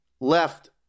left